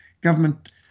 government